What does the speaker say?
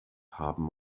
haben